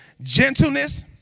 Gentleness